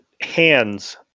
hands